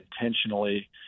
intentionally –